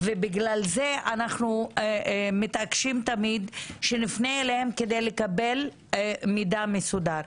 ובגלל זה אנחנו מתעקשים תמיד שנפנה אליהם כדי לקבל מידע מסודר.